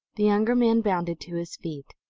the younger man bounded to his feet.